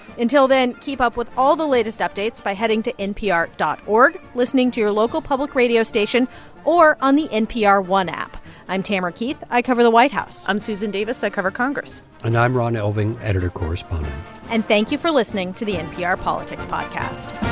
until then, keep up with all the latest updates by heading to npr dot org, listening to your local public radio station or on the npr one app i'm tamara keith. i cover the white house i'm susan davis. i cover congress and i'm ron elving, editor correspondent and thank you for listening to the npr politics podcast